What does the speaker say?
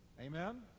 Amen